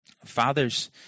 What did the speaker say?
Fathers